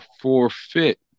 forfeit